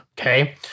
okay